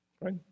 Right